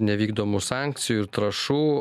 nevykdomų sankcijų ir trąšų